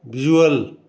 visual